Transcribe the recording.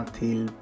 till